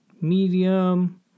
medium